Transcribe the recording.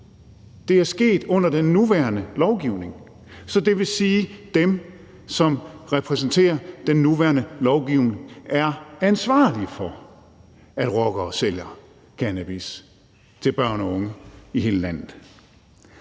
Det er sket under den nuværende lovgivning. Så det vil sige, at dem, der repræsenterer den nuværende lovgivning, er ansvarlige for, at rockere sælger cannabis til børn og unge i hele landet.